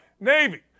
Navy